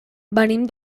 venim